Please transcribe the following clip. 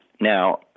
Now